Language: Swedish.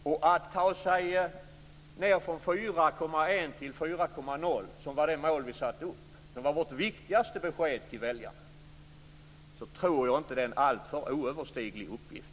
Målet att ta sig ned från 4,1 till 4,0 var vårt viktigaste besked till väljarna. Jag tror inte att det är en alltför oöverstiglig uppgift.